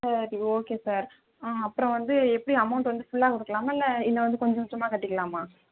சரி okay sir அப்புறம் வந்து எப்படி அமௌண்ட் வந்து ஃபுல்லாக கொடுக்கலாமா இல்லை இன்ன வந்து கொஞ்சம் கொஞ்சமாக கட்டிக்கலாமா